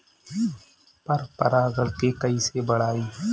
पर परा गण के कईसे बढ़ाई?